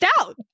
out